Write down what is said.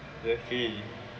exactly